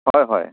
হয় হয়